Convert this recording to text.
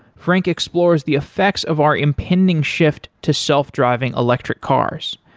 frank explores the effects of our impending shift to self-driving electric cars.